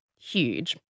huge